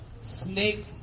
snake